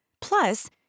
Plus